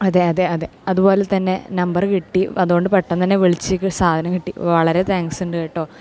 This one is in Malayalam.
അതെ അതെ അതെ അതുപോലെ തന്നെ നമ്പറ് കിട്ടി അതുകൊണ്ട് പെട്ടെന്ന് തന്നെ വിളിച്ച് സാധനം കിട്ടി വളരെ താങ്ക്സ് ഉണ്ട് കേട്ടോ